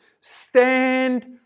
stand